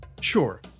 Sure